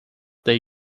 they